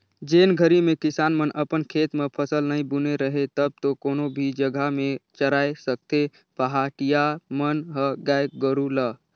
जेन घरी में किसान मन अपन खेत म फसल नइ बुने रहें तब तो कोनो भी जघा में चराय सकथें पहाटिया मन ह गाय गोरु ल